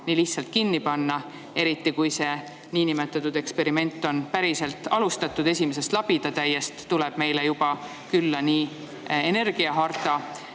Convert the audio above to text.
nii lihtsalt kinni panna, eriti kui seda niinimetatud eksperimenti on päriselt alustatud. Esimesest labidatäiest tuleb meile külla energiaharta